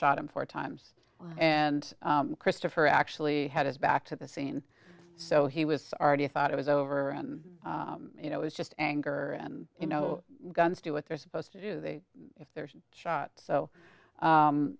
shot him four times and christopher actually had his back to the scene so he was already i thought it was over and you know it was just anger and you know guns do what they're supposed to do the if there's a shot so